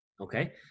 okay